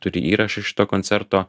turi įrašą iš šito koncerto